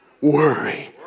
worry